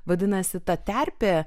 vadinasi ta terpė